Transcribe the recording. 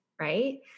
right